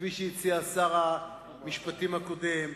כפי שהציע שר המשפטים הקודם,